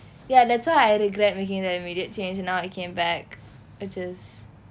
ya that's why I regret making the immediate change now I came back which is